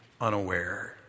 unaware